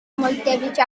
molteplici